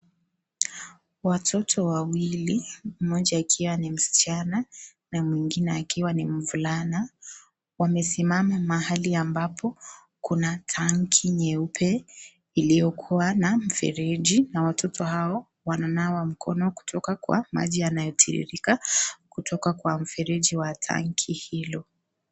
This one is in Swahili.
Watoto wawili, mmoja akiwa ni msichana na mwingine akiwa ni mvulana wamesimama mahali ambapo kuna tanki nyeupe iliyokuwa na mfereji na watoto bak wana nawa mkono kutoka Kwa maji yanayotiririka kutoka Kwa mfereji wa tanki hilo.